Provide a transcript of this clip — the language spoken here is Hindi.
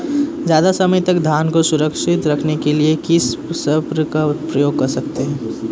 ज़्यादा समय तक धान को सुरक्षित रखने के लिए किस स्प्रे का प्रयोग कर सकते हैं?